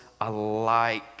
alike